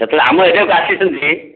ଯେତେବେଳେ ଆମ ଏରିୟାକୁ ଆସିଛନ୍ତି